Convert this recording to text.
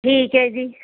ਠੀਕ ਹੈ ਜੀ